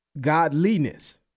Godliness